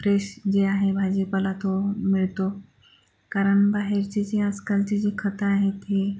fresh जे आहे भाजीपाला तो मिळतो कारण बाहेरचे जे आजकालचे जे खत आहेत हे